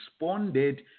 responded